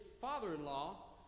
father-in-law